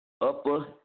Upper